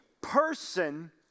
person